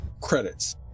credits